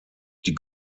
die